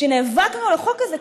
כשנאבקנו על החוק הזה,